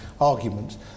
arguments